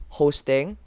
hosting